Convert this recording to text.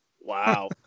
Wow